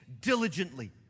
diligently